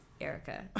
Erica